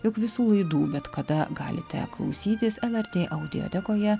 jog visų laidų bet kada galite klausytis lrt audiotekoje